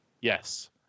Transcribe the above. Yes